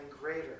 greater